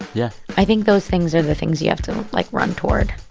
yeah i think those things are the things you have to, like, run toward